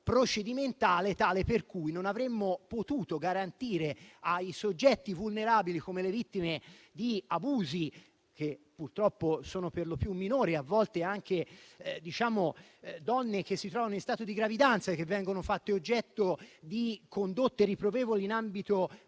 procedimentale, tale per cui non si riesce a garantire una risposta ai soggetti vulnerabili come le vittime di abusi, che purtroppo sono perlopiù minori e a volte anche donne in stato di gravidanza, che vengono fatti oggetto di condotte riprovevoli in ambito